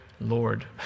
Lord